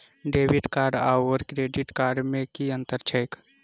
Debit card आओर credit card मे की अन्तर छैक?